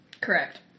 Correct